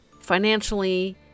financially